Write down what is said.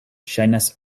ŝajnas